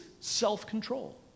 self-control